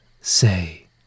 say